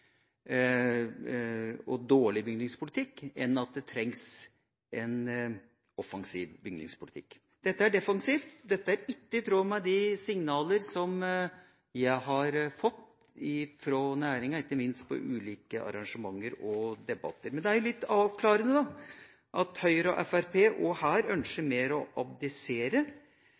for dårleg bygningspolitikk» – enn en offensiv bygningspolitikk. Dette er defensivt. Dette er ikke i tråd med de signaler som jeg har fått fra næringa, ikke minst i forbindelse med ulike arrangementer og debatter. Men det er jo litt avklarende at Høyre og Fremskrittspartiet også her ønsker å abdisere